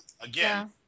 Again